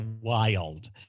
wild